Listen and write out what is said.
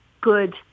good